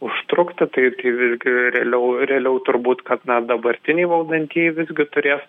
užtrukti tai tai visgi realiau realiau turbūt kad na dabartiniai valdantieji visgi turės